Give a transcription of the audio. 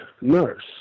nurse